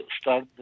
start